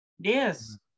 Yes